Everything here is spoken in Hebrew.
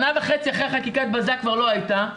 שנה וחצי אחרי חקיקת הבזק כבר לא הייתה,